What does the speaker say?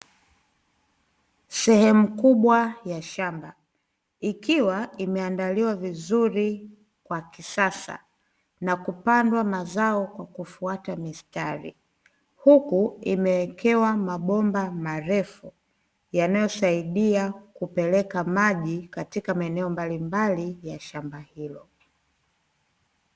Sehemu kubwa ya shamba ikiwa imeandaliwa vizuri kwa kisasa, na kupandwa mazao kwa kufuata mistari, huku imewekewa mabomba marefu yanayosaidia kupeleka maji katika maeneo mbalimbali ya shamba hilo.